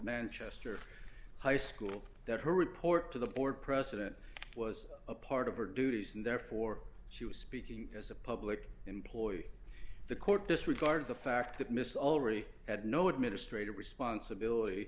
manchester high school that her report to the board president was a part of her duties and therefore she was speaking as a public employee the court disregarded the fact that miss already had no administrative responsibility